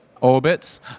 orbits